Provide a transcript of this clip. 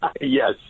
Yes